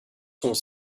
sont